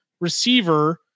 receiver